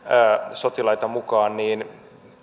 sotilaita mukaan niin